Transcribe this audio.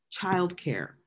childcare